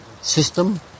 system